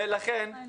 לכן,